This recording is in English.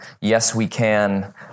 yes-we-can